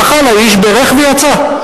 אכל האיש, בירך ויצא.